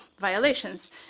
violations